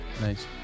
Nice